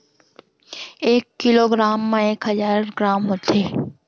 एक kilogram मा एक हजार ग्राम होथे